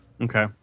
Okay